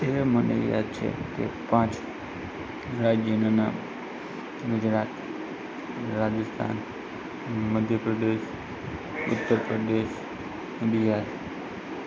એ મને યાદ છે કે પાંચ રાજ્યોનાં નામ ગુજરાત રાજસ્થાન મધ્યપ્રદેશ ઉત્તરપ્રદેશ ને બિહાર